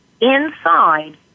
inside